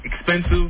expensive